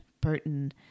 Burton